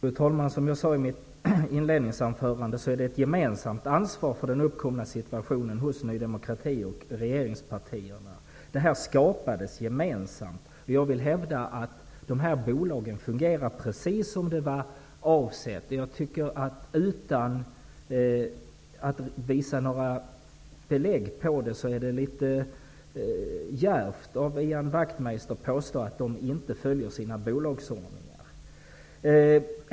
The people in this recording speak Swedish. Fru talman! Som jag sade i mitt inledningsanförande, finns det hos Ny demokrati och regeringspartierna ett gemensamt ansvar för den uppkomna situationen -- detta skapades gemensamt. Jag hävdar att de här bolagen fungerar precis som det var avsett. Det är litet djärvt av Ian Wachtmeister att, utan att visa några belägg för det, påstå att de inte följer sina bolagsordningar.